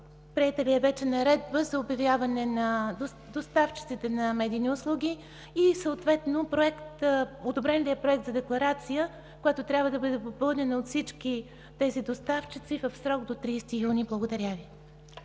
приета ли е вече наредба за обявяване на доставчиците на медийни услуги? Одобрен ли е проект за декларация, която трябва да бъде попълнена от всички доставчици в срок до 30 юни? Благодаря.